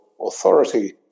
Authority